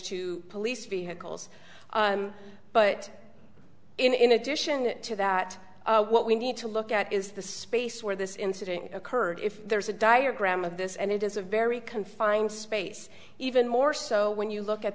to police vehicles but in addition to that what we need to look at is the space where this incident occurred if there's a diagram of this and it is a very confined space even more so when you look at